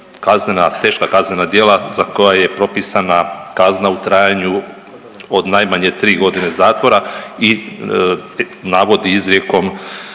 teška kaznena djela za koja je propisana kazna u trajanju od najmanje 3 godine zatvora i navodi izrijekom